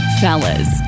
Fellas